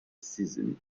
season